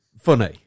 Funny